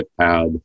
pad